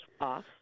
off